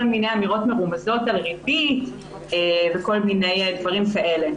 מיני אמירות מרומזות על ריבית וכל מיני דברים כאלה.